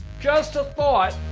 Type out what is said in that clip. just a thought!